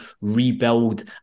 rebuild